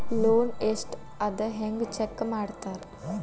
loan ಎಷ್ಟ್ ಅದ ಹೆಂಗ್ ಚೆಕ್ ಮಾಡ್ತಾರಾ